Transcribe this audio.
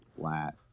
flat